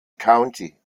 county